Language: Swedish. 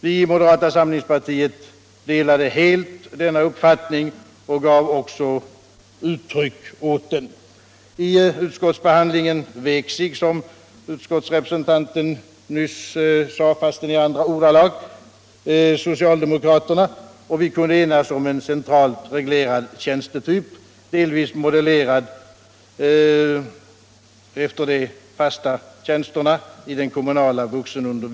Vi i moderata samlingspartiet delade helt denna uppfattning Nr 141 och gav också uttryck åt den. Lördagen den Vid utskottsbehandlingen vek sig — som utskottsrepresentanten nyss 29 maj 1976 sade, fastän i andra ordalag — socialdemokraterna, och vi kundeenas LL Lo om en centralt reglerad tjänstetyp, delvis modellerad efter de fasta tjäns — Hemspråksunderterna inom den kommunala vuxenutbildningen.